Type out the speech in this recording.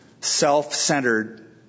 self-centered